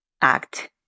act